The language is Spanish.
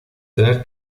tener